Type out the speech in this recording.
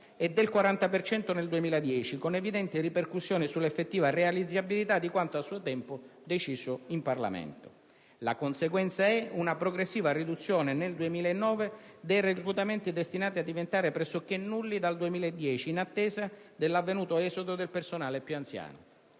e del 40 per cento nel 2010, con evidenti ripercussioni sulla effettiva realizzabilità di quanto a suo tempo deciso in Parlamento. La conseguenza è una progressiva riduzione nel 2009 dei reclutamenti, destinati a diventare pressoché nulli dal 2010, in attesa dell'avvenuto esodo del personale più anziano.